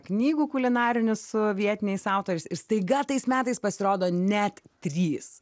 knygų kulinarinių su vietiniais autoriais ir staiga tais metais pasirodo net trys